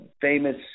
famous